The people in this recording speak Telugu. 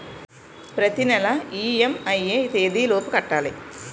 ప్రతినెల ఇ.ఎం.ఐ ఎ తేదీ లోపు కట్టాలి?